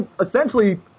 essentially